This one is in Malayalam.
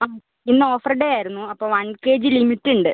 ആ ഇന്ന് ഓഫർ ഡേ ആയിരുന്നു അപ്പം വൺ കെ ജി ലിമിറ്റ് ഉണ്ട്